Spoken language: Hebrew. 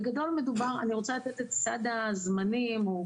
בגדול מדובר, אני רוצה לתת את סד הזמנים או